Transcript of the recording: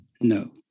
No